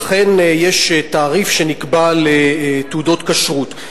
אכן יש תעריף שנקבע לתעודות כשרות.